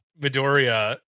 Midoriya